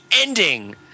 ending